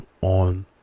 on